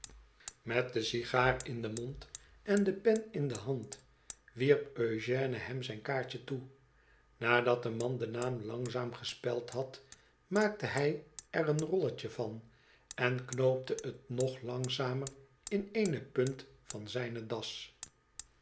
met de sigaar in den mond en de pen in de hand wierp eugène hem zijn kaartje toe nadat de man den naam langzaam gespeld had maakte hij er een rolletje van en knoopte het nog langzamer in eene punt van zijne das